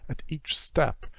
at each step,